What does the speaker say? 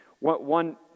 One